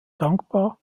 dankbar